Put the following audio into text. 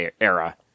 era